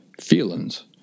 feelings